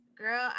Girl